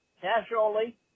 casually